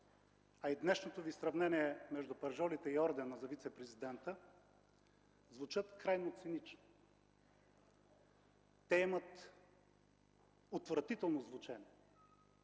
а и днешното Ви сравнение между пържолите и ордена за вицепрезидента звучат крайно цинично. Те имат отвратително звучене.